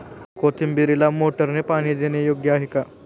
कोथिंबीरीला मोटारने पाणी देणे योग्य आहे का?